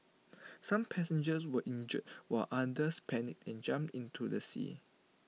some passengers were injured while others panicked and jumped into the sea